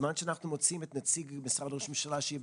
בזמן שאנחנו מוצאים את נציג משרד ראש הממשלה שנמצא בזום,